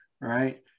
right